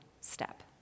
step